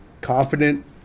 Confident